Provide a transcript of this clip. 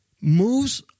moves